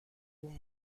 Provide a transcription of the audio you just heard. اون